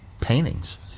paintings